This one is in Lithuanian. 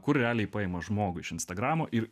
kur realiai paima žmogų iš instagramo ir